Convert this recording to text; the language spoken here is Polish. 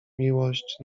miłość